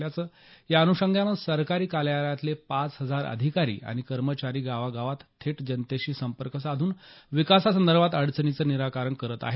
याच अनुषंगाने सरकारी कार्यालयातले पाच हजार अधिकारी आणि कर्मचारी गावागावात थेट जनतेशी संपर्क साधून विकासासंदर्भातल्या अडचणींचं निराकरण करत आहेत